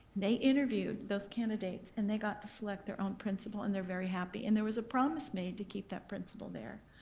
they interviewed those candidates and they got to select their own principal and they're very happy and there was a promise made to keep that principal there.